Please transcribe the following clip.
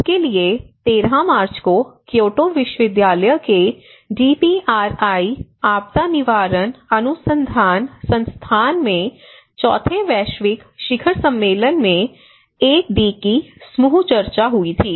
इसके लिए 13 मार्च को क्योटो विश्वविद्यालय के डीपीआरआई आपदा निवारण अनुसंधान संस्थान में चौथे वैश्विक शिखर सम्मेलन में 1 डी की समूह चर्चा हुई थी